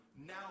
Now